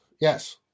Yes